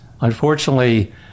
unfortunately